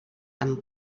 amb